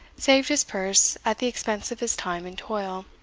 saved his purse at the expense of his time and toil,